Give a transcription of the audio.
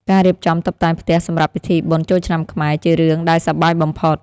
ការរៀបចំតុបតែងផ្ទះសម្រាប់ពិធីបុណ្យចូលឆ្នាំខ្មែរ ជារឿងដែលសប្បាយបំផុត។